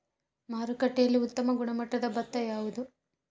ಮಾರುಕಟ್ಟೆಯಲ್ಲಿ ಉತ್ತಮ ಗುಣಮಟ್ಟದ ಭತ್ತ ಯಾವುದು?